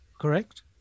Correct